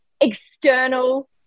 external